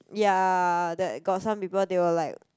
ya that got some people they will like